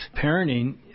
parenting